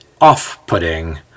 off-putting